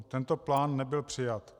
Tento plán nebyl přijat.